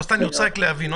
אני רוצה להבין.